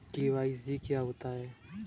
KYC क्या होता है?